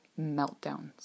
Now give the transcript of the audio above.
meltdowns